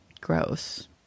Gross